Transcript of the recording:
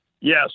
Yes